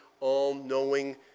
all-knowing